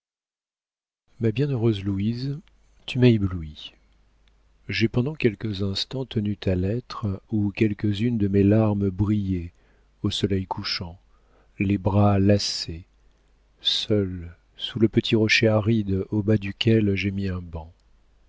ma bienheureuse louise tu m'as éblouie j'ai pendant quelques instants tenu ta lettre où quelques-unes de mes larmes brillaient au soleil couchant les bras lassés seule sous le petit rocher aride au bas duquel j'ai mis un banc